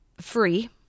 free